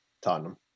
Tottenham